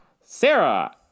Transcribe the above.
Sarah